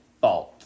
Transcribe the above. fault